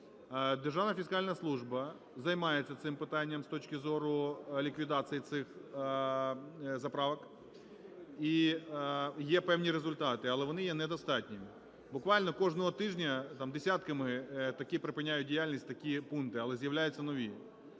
Державна фіскальна служба займається цим питанням, з точки зору ліквідації цих заправок, і є певні результати, але вони є недостатніми. Буквально кожного тижня там десятками такі припиняють діяльність, такі пункти, але з'являються нові.